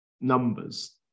numbers